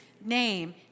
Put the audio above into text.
name